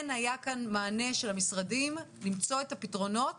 היה מענה של המשרדים למצוא את הפתרונות